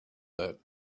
that